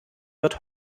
wird